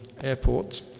airports